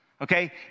Okay